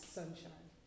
sunshine